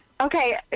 okay